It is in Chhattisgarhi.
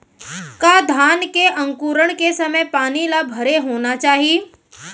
का धान के अंकुरण के समय पानी ल भरे होना चाही?